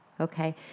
okay